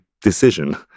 decision